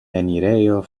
enirejo